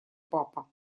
папа